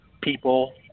people